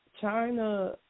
China